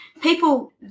people